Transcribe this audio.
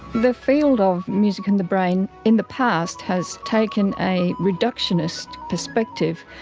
the field of music and the brain in the past has taken a reductionist perspective.